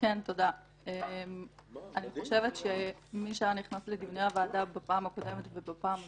אני חושבת שמי שהיה נכנס לדיוני הוועדה בפעם הקודמת ובפעם הזו,